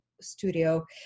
studio